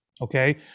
Okay